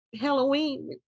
Halloween